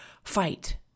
Fight